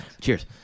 Cheers